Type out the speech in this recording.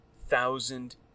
thousand